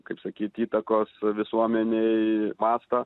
kaip sakyt įtakos visuomenei mastą